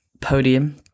podium